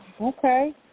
Okay